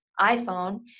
iPhone